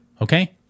Okay